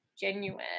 genuine